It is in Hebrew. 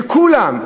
שכולם,